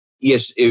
Yes